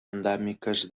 endèmiques